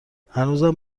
هنوزم